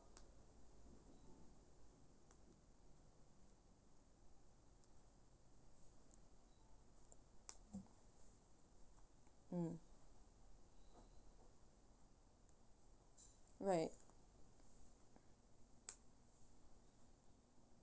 mm right